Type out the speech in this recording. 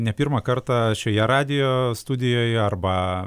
ne pirmą kartą šioje radijo studijoje arba